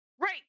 Right